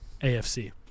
AFC